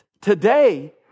Today